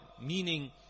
meaning